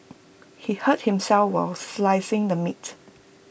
he hurt himself while slicing the meat